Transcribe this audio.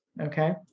Okay